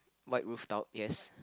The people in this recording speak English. white roof out yes